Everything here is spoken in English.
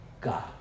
God